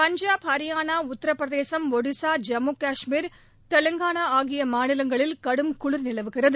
பஞ்சாப் ஹியாளா உத்திரபிரதேசம் ஒடிஸா ஜம்மு கஷ்மீர் தெலங்கானா ஆகிய மாநிலங்களில் கடும் குளிர் நிலவுகிறது